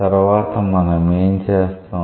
తర్వాత మనమేం చేస్తాం